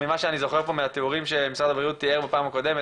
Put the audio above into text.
ממה שאני זוכר פה מהתיאורים שמשרד הבריאות תיאר בפעם הקודמת,